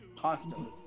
constantly